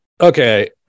okay